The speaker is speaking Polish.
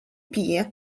pije